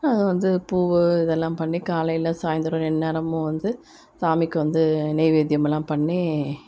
வந்து பூ இதெல்லாம் பண்ணி காலையில் சாய்ந்திரம் ரெண்டு நேரமும் வந்து சாமிக்கு வந்து நெய்வேத்தியமெல்லாம் பண்ணி